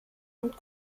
und